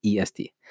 EST